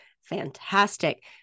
fantastic